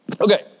Okay